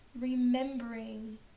remembering